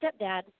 stepdad